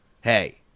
Hey